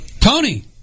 Tony